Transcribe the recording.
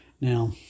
Now